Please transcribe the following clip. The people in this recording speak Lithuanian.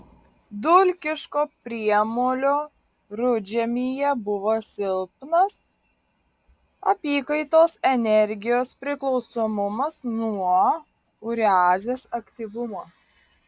dulkiško priemolio rudžemyje buvo silpnas apykaitos energijos priklausomumas nuo ureazės aktyvumo